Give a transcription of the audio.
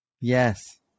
Yes